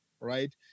right